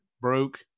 broke